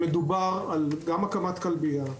מדובר גם על הקמת כלבייה,